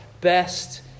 best